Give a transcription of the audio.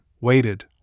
waited